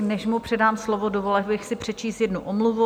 Než mu předám slovo, dovolila bych si přečíst jednu omluvu.